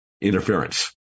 Interference